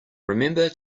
remember